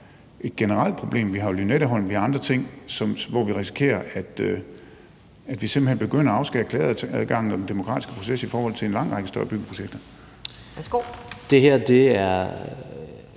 et generelt problem. Vi har Lynetteholmen, vi har andre ting, hvor vi risikerer, at vi simpelt hen begynder at afskære klageadgangen og den demokratiske proces i forhold til en lang række større byggeprojekter.